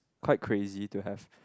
quite crazy to have